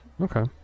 Okay